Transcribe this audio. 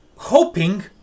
Hoping